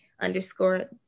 underscore